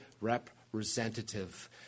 representative